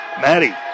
Maddie